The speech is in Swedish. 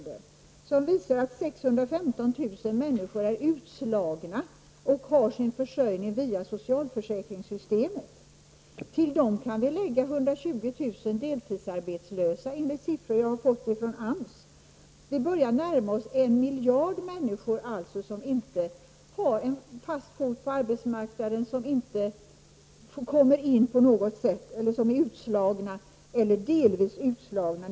Dessa siffror visar att 615 000 människor är utslagna och har sin försörjning via socialförsäkringssystemet. Till dessa människor kan vi lägga 120 000 deltidsarbetslösa. Det är siffror som jag har fått från AMS. Vi börjar alltså närma oss en miljon människor som inte har en fast fot på arbetsmarknaden och som inte på något sätt kommer in på den eller som är utslagna eller delvis utslagna.